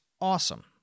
awesome